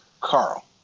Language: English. carl